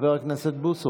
חבר הכנסת בוסו,